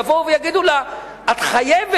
יבואו ויגידו לה: את חייבת,